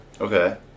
Okay